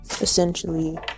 essentially